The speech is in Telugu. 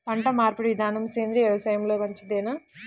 పంటమార్పిడి విధానము సేంద్రియ వ్యవసాయంలో మంచిదేనా?